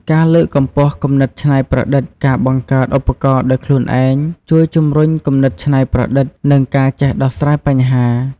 ការលើកកម្ពស់គំនិតច្នៃប្រឌិត ការបង្កើតឧបករណ៍ដោយខ្លួនឯងជួយជំរុញគំនិតច្នៃប្រឌិត និងការចេះដោះស្រាយបញ្ហា។